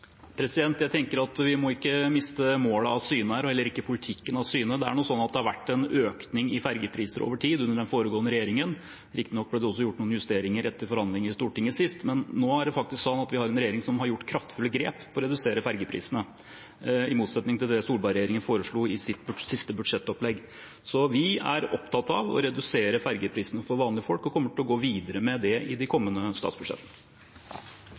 Jeg tenker at vi må ikke miste målet av synet, og heller ikke politikken av syne. Det har vært en økning i fergeprisene over tid under den foregående regjeringen. Riktignok ble det også gjort noen justeringer etter forhandlinger i Stortinget sist, men nå er det faktisk sånn at vi har en regjering som har tatt kraftfulle grep for å redusere fergeprisene – i motsetning til det Solberg-regjeringen foreslo i sitt siste budsjettopplegg. Vi er opptatt av å redusere fergeprisene for vanlige folk og kommer til å gå videre med det i de kommende statsbudsjettene.